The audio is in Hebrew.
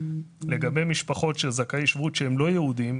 לגבי משפחות של זכאי שבות שהם לא יהודים,